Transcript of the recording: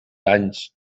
anys